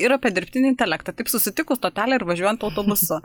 ir apie dirbtinį intelektą taip susitikus stotelėj ir važiuojant autobusu